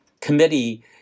committee